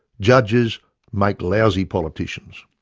judges make lousy politicians.